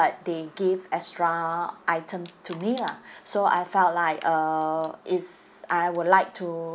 but they give extra items to me lah so I felt like uh it's I would like to